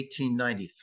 1893